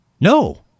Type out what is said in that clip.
No